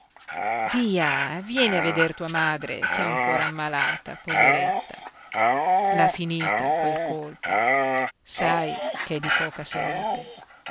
via vieni a veder tua madre ch'è ancora ammalata poveretta l'ha finita quel colpo sai ch'è di poca salute